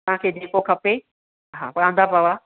तव्हां खे जेको खपे हा पराठा पाव आहे